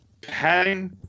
padding